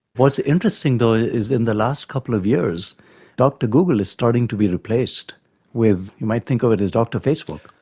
what's interesting though ah is in the last couple of years dr google is starting to be replaced with, you might think of it as dr facebook.